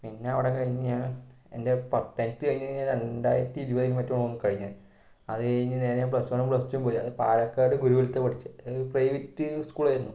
പിന്നെ അവിടം കഴിഞ്ഞ് ഞാൻ എൻ്റെ പത്ത് ടെൻത്ത് കഴിഞ്ഞ് രണ്ടായിരത്തി ഇരുപതിലോ മറ്റോ ആണ് കഴിഞ്ഞത് അത് കഴിഞ്ഞ് നേരെ പ്ലസ് വണ്ണും പ്ലസ് ടൂവും പോയി അത് പാലക്കാട് ഗുരുഗുലത്താ പഠിച്ചത് അത് പ്രൈവറ്റ് സ്കൂളായിരുന്നു